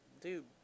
Dude